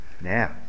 Now